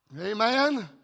Amen